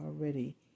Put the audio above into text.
already